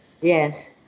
yes